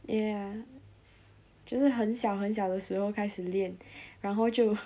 ya 只是很小很小的时候开始练然后就